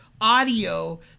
audio